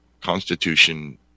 constitution